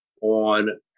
on